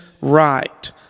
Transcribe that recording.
right